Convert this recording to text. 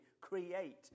create